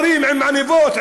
שרים עם עניבות,